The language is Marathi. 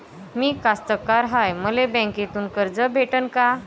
मी कास्तकार हाय, मले बँकेतून कर्ज भेटन का?